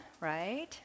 right